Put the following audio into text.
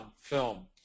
film